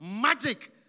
magic